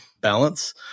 balance